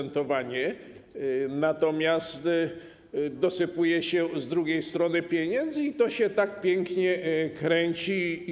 Natomiast dosypuje się z drugiej strony pieniędzy i to się tak pięknie kręci.